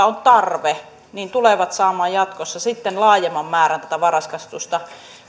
on tarve tulevat saamaan jatkossa sitten laajemman määrän tuota varhaiskasvatusta